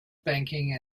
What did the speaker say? banking